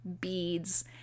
beads